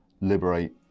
liberate